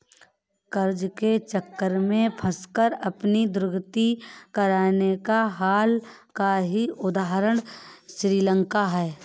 कर्ज के चक्र में फंसकर अपनी दुर्गति कराने का हाल का ही उदाहरण श्रीलंका है